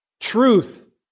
Truth